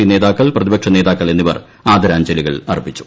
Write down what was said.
P നേതാക്കൾ പ്രതിപക്ഷ നേതാക്കൾ എന്നിവർ ആദരാഞ്ജലി അർപ്പിച്ചു